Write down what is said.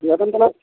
নতুন